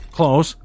Close